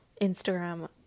instagram